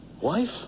Wife